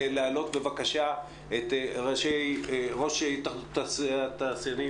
בבקשה, רון תומר, ראש התאחדות התעשיינים.